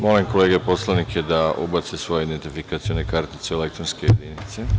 Molim kolege poslanike da ubace svoje identifikacione kartice u elektronske jedinice.